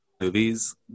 movies